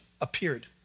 appeared